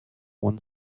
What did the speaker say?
one